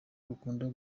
rukunda